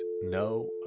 no